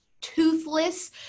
toothless